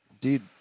Dude